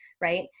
right